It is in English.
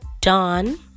Dawn